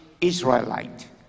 Israelite